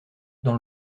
dans